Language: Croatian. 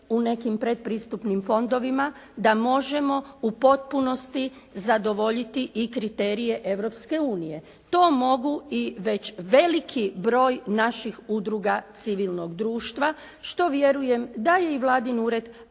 u nekim predpristupnim fondovima da možemo u potpunosti zadovoljiti i kriterije Europske unije. To mogu i već veliki broj naših udruga civilnog društva što vjerujem da je i vladin ured,